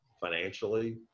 financially